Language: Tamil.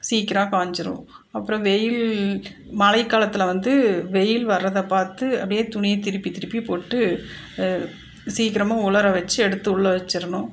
சீக்கிரம் காஞ்சிடும் அப்புறம் வெயில் மழை காலத்தில் வந்து வெயில் வர்றதை பார்த்து அப்படியே துணியை திருப்பி திருப்பி போட்டு சீக்கிரமாக உலர வெச்சு எடுத்து உள்ளே வெச்சிடணும்